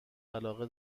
علاقه